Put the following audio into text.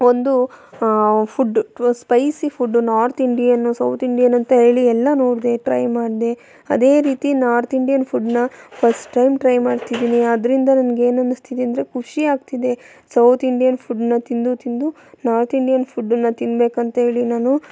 ಒಂದು food spicy food north Indian south Indian ಅಂತ ಹೇಳಿ ಎಲ್ಲ ನೋಡಿದೆ ಟ್ರೈ ಮಾಡಿದೆ ಅದೇ ರೀತಿ ನಾರ್ತ್ ಇಂಡಿಯನ್ ಫುಡ್ನ ಫಸ್ಟ್ ಟೈಮ್ ಟ್ರೈ ಮಾಡ್ತಿದ್ದೀನಿ ಅದರಿಂದ ನನಗೆ ಏನು ಅನ್ನಿಸ್ತಿದೆ ಅಂದರೆ ಖುಷಿ ಆಗ್ತಿದೆ ಸೌತ್ ಇಂಡಿಯನ್ ಫುಡ್ನ ತಿಂದು ತಿಂದು ನಾರ್ತ್ ಇಂಡಿಯನ್ ಫುಡ್ಡನ್ನು ತಿನ್ಬೇಕು ಅಂಥೇಳಿ ನಾನು